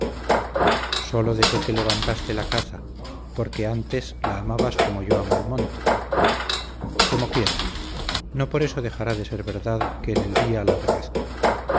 sólo desde que levantaste la caza porque antes la amabas como yo amo el monte como quieras no por eso dejará de ser verdad que en el día la aborrezco